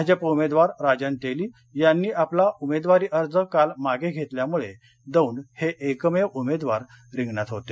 भाजप उमेदवार राजन तेली यांनी आपला आपला उमेदवारी अर्ज काल मागे घेतल्यामुळे दौंड हे एकमेव उमेदवार रिंगणात होते